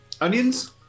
Onions